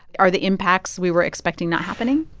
are the impacts we were expecting not happening?